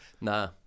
Nah